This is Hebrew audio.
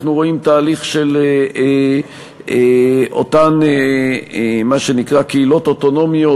רואים תהליך של מה שנקרא קהילות אוטונומיות,